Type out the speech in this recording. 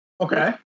Okay